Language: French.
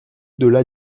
delà